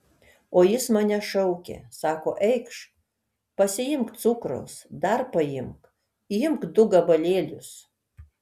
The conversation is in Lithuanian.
o jis mane šaukė sako eikš pasiimk cukraus dar paimk imk du gabalėlius